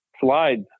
slides